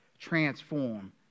transform